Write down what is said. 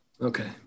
Okay